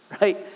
right